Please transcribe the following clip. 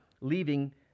leaving